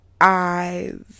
eyes